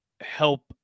help